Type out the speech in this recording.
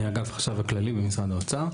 אגף החשב הכללי במשרד האוצר.